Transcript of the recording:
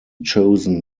chosen